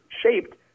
shaped